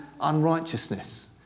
unrighteousness